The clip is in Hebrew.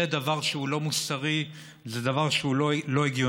זה דבר שהוא לא מוסרי, זה דבר שהוא לא הגיוני.